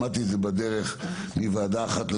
שמעתי את זה בדרך מוועדה אחת לשנייה.